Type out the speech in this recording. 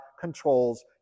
controls